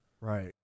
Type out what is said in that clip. Right